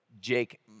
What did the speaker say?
Jake